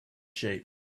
sheep